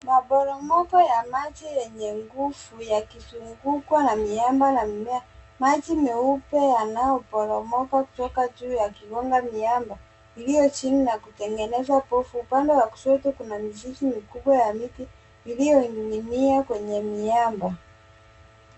Maporomoko ya maji yenye nguvu yakizungukwa na miamba na mimea. Maji meupe yanayoporomoka kutoka juu yakigonga miamba iliyo chini na kutengeneza povu. Upande wa kushoto kuna mizizi mikubwa ya miti, iliyoning'inia kwenye miamba.